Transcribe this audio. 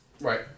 right